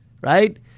Right